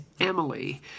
Emily